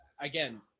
again